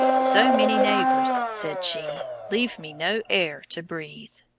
so many neighbors, said she, leave me no air to breathe.